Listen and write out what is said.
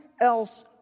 else